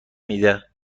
میده